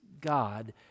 God